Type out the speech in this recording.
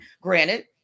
Granted